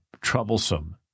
troublesome